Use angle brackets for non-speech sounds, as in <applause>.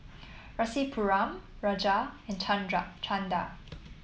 Rasipuram Raja and <unintelligible> Chanda